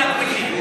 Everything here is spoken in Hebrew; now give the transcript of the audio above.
פתגם, (אומר בערבית ומתרגם:) כולך פנים.